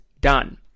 done